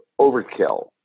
overkill